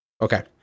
Okay